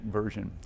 version